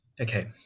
okay